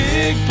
Big